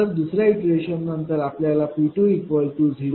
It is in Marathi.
तर दुसर्या इटरेशन नंतर आपल्याला P20